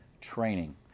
training